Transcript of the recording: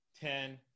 ten